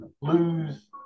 lose